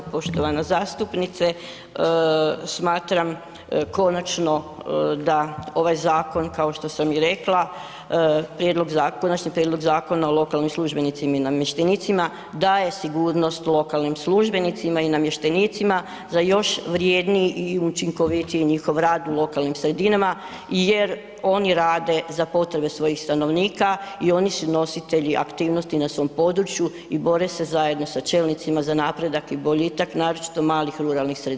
U pravu ste poštovana zastupnice, smatram konačno da ovaj zakon kao što sam i rekla, prijedlog zakona, Konačni prijedlog Zakona o lokalnim službenicima i namještenicima daje sigurnost lokalnim službenicima i namještenicima za još vrjedniji i učinkovitiji njihov rad u lokalnim sredinama jer oni rade za potrebe svojih stanovnika i oni su nositelji aktivnosti na svom području i bore se zajedno sa čelnicima na napredak i boljitak naročito malih ruralnih sredina.